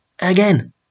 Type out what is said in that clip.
again